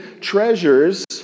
treasures